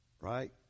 right